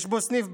יש בו סניף בנק,